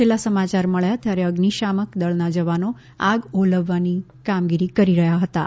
છેલ્લાં સમાચાર મળ્યા ત્યારે અઝિશામક દળનાં જવાનો આગ ઓલવવાની કામગીરી કરી રહ્યા હતાં